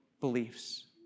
beliefs